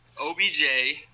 OBJ